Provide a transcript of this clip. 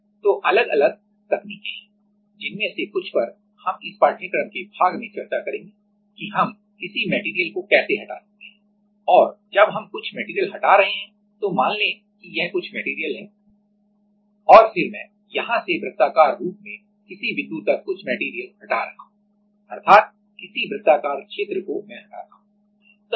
तो अलग अलग तकनीकें हैं जिनमें से कुछ पर हम इस पाठ्यक्रम के भाग में चर्चा करेंगे कि हम किसी मेटेरियल को कैसे हटा सकते हैं और जब हम कुछ मेटेरियल हटा रहे हैं तो मान लें कि यह कुछ मेटेरियल है और फिर मैं यहाँ से वृत्ताकार रूप में किसी बिंदु तक कुछ मेटेरियल हटा रहा हूं अर्थात किसी वृत्ताकार क्षेत्र को मैं हटाता हूँ